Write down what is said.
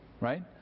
right